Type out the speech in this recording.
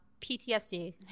PTSD